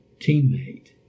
teammate